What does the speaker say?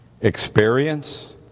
experience